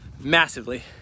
massively